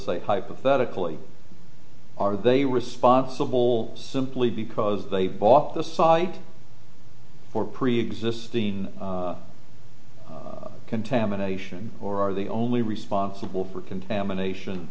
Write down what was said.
say hypothetically are they responsible simply because they bought the site for preexisting contamination or are the only responsible for contamination